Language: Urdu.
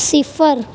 صفر